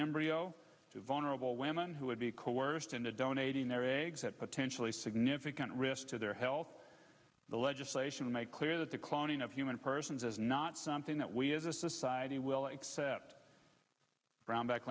embryo to vulnerable women who have be coerced into donating their eggs that potentially significant risk to their health the legislation to make clear that the cloning of human persons is not something that we as a society will accept brownback